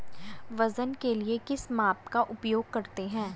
वजन के लिए किस माप का उपयोग करते हैं?